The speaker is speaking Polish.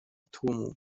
tłumu